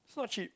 it's not cheap